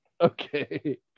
okay